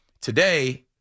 Today